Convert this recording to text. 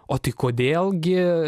o tai kodėl gi